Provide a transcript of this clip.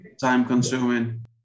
time-consuming